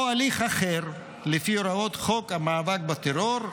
או הליך אחר לפי הוראות חוק המאבק בטרור,